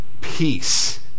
Peace